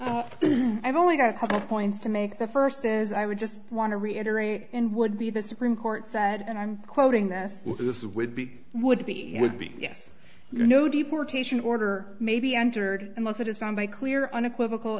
true i've only got a couple of points to make the first says i would just want to reiterate and would be the supreme court said and i'm quoting this this would be would be would be yes you know deportation order may be entered unless it is found by clear unequivocal